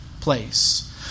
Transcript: place